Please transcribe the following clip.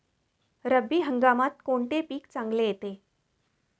रब्बी हंगामात कोणते पीक चांगले येते?